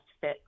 fit